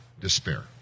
despair